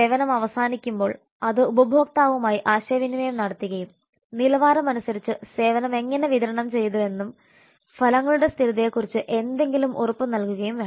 സേവനം അവസാനിക്കുമ്പോൾ അത് ഉപഭോക്താവുമായി ആശയവിനിമയം നടത്തുകയും നിലവാരമനുസരിച്ച് സേവനം എങ്ങനെ വിതരണം ചെയ്തുവെന്നും ഫലങ്ങളുടെ സ്ഥിരതയെക്കുറിച്ച് എന്തെങ്കിലും ഉറപ്പ് നൽകുകയും വേണം